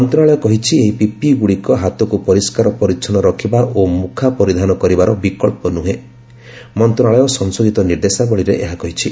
ମନ୍ତ୍ରାଳୟ କହିଛି ଏହି ପିପିଇ ଗୁଡ଼ିକ ହାତକୁ ପରିସ୍କାର ପରିଚ୍ଛନ୍ନ ରଖିବା ଓ ମୁଖା ପରିଧାନ କରିବାର ବିକଳ୍ପ ନୁହେଁ ବୋଲି ସ୍ୱାସ୍ଥ୍ୟ ମନ୍ତ୍ରାଳୟ ସଂଶୋଧିତ ନିର୍ଦ୍ଦେଶାବଳୀରେ କହିଛି